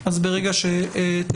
אז ברגע שתבקשי.